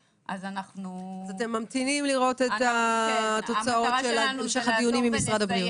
אתם ממתינים לראות את התוצאות של המשך הדיונים עם משרד הבריאות.